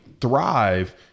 thrive